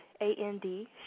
A-N-D